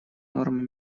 нормы